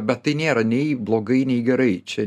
ir bet tai nėra nei blogai nei gerai čia